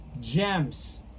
gems